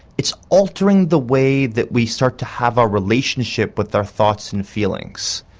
it's altering the way that we start to have a relationship with our thoughts and feelings.